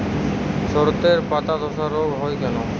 শর্ষের পাতাধসা রোগ হয় কেন?